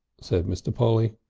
said mr. polly.